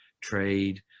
trade